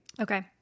Okay